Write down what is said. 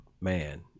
man